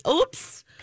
Oops